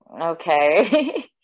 Okay